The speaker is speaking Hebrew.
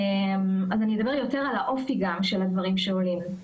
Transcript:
אז אני אדבר יותר גם על האופי של הדברים שעולים.